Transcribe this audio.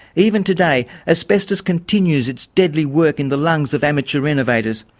even today, asbestos continues its deadly work in the lungs of amateur renovators.